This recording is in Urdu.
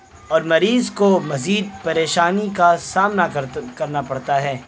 اور مریض کو مزید پریشانی کا سامنا کرنا پڑتا ہے